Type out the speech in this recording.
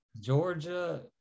Georgia